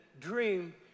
dream